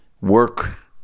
work